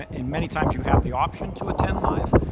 and many times you have the option to attend live.